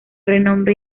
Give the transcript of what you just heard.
renombre